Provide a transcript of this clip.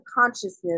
consciousness